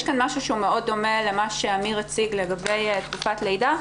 יש כאן משהו שהוא דומה מאוד למה שאמיר הציג לגבי תקופת לידה,